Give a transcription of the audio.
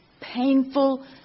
painful